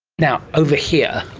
now, over here,